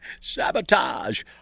Sabotage